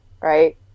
right